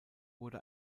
wurde